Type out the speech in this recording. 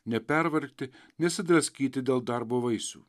nepervargti nesidraskyti dėl darbo vaisių